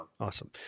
Awesome